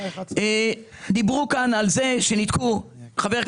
חבר הכנסת ינון, דיברו כאן על זה שניתקו בעבר